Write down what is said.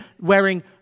wearing